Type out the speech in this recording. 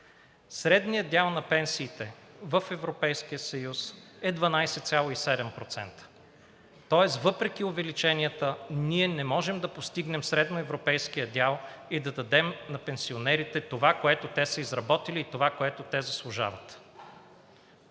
Средният дял на пенсиите в Европейския съюз е 12,7%. Тоест въпреки увеличенията ние не можем да постигнем средноевропейския дял и да дадем на пенсионерите това, което те са изработили, и това, което те заслужават.